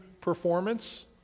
performance